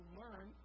learn